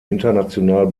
international